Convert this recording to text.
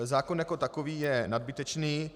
Zákon jako takový je nadbytečný.